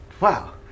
Wow